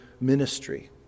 ministry